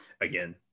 again